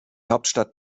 hauptstadt